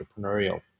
entrepreneurial